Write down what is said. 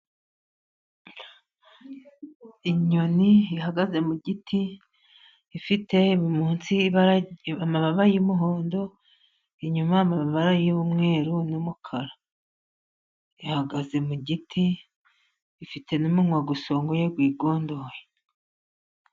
Inyoni ihagaze mu giti ifite munsi ibara amababa y'umuhondo, inyuma amabara y'umweru n'umukara. Ihagaze mu giti ifite n'umunwa usongoye wigondoye.